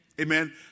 amen